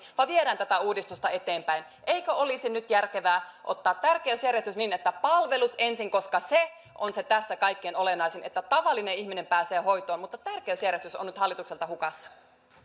vaan viedään tätä uudistusta eteenpäin eikö olisi nyt järkevää ottaa sellainen tärkeysjärjestys että palvelut ensin koska se on tässä kaikkein olennaisinta että tavallinen ihminen pääsee hoitoon mutta tärkeysjärjestys on nyt hallitukselta hukassa